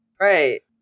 Right